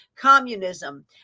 communism